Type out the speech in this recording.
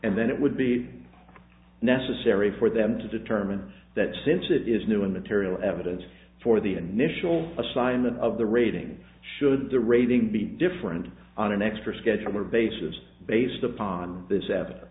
and then it would be necessary for them to determine that since it is new immaterial evidence for the initial assignment of the rating should the rating be different on an extra schedule or basis based upon this